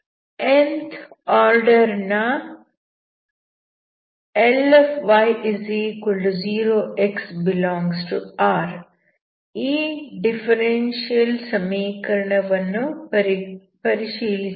nth order ನ Ly0 x∈R ಈ differential ಸಮೀಕರಣ ವನ್ನು ಪರಿಶೀಲಿಸೋಣ